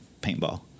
paintball